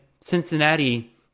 Cincinnati